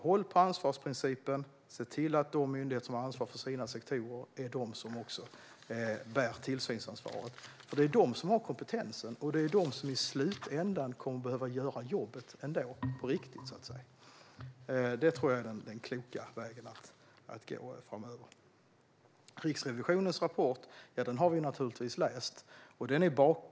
Håll på ansvarsprincipen, och se till att de myndigheter som har ansvar för sektorerna också bär tillsynsansvaret! Det är ju de som har kompetensen, och det är i slutändan de som kommer att behöva göra jobbet på riktigt. Jag tror att detta är den kloka vägen att gå framöver. Riksrevisionens rapport har vi naturligtvis läst.